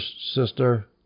sister